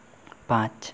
पाँच